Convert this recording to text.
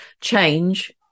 change